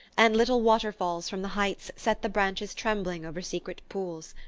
and little water-falls from the heights set the branches trembling over secret pools.